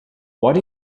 what